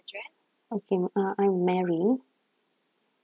okay uh I'm mary